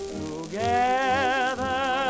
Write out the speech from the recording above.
together